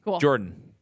Jordan